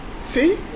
See